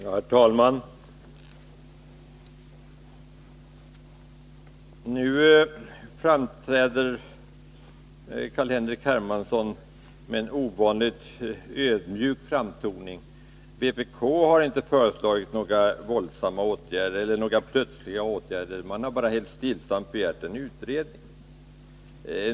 Herr talman! Nu framträder Carl-Henrik Hermansson med en ovanligt ödmjuk framtoning. Vpk har inte föreslagit några plötsliga åtgärder — man har bara helt stillsamt begärt en utredning.